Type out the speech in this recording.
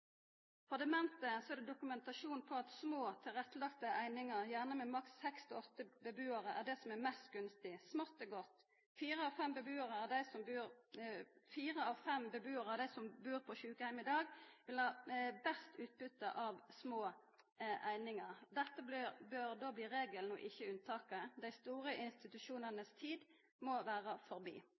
For demente er det dokumentasjon på at små, tilrettelagde einingar, gjerne med maksimalt seks–åtte bebuarar, er det som er mest gunstig. Smått er godt. Fire av fem bebuarar av dei som bur på sjukeheim i dag, vil ha best utbytte av små einingar. Dette bør då bli regelen, ikkje unntaket. Dei store institusjonanes tid må vera forbi.